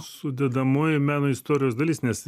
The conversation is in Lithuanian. sudedamoji meno istorijos dalis nes